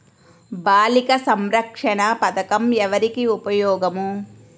బాలిక సంరక్షణ పథకం ఎవరికి ఉపయోగము?